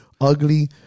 ugly